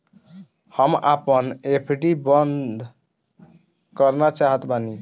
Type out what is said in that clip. हम आपन एफ.डी बंद करना चाहत बानी